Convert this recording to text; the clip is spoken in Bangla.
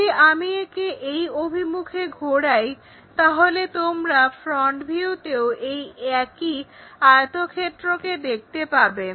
যদি আমি একে এই অভিমুখে ঘোরাই তাহলে তোমরা ফ্রন্ট ভিউতেও এই একই আয়তক্ষেত্রকে দেখতে পাবে